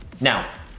Now